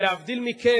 להבדיל מכם,